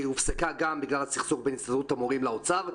היא הופסקה גם בגלל הסכסוך בין הסתדרות המורים לאוצר.